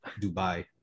Dubai